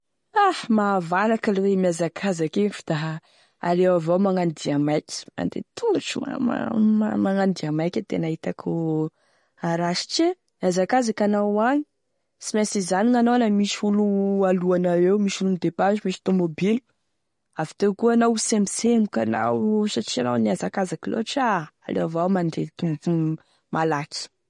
A mahavalaky aloha e miazakazaky igny fa da aleo avao aloha magnano dia maiky, mandeha tongotra man- man- magnano dia maiky no tegna hitako araha satria hiazakazaky anao agny sy mainsy hizanony anao la misy olo alohanay eo, misy olo midépasse misy tomobilo, avy teo koa anao sembosemboky anao satria anao niazakazaky loatry ah! Aleo avao mandeha tomboky malaky.